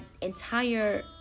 entire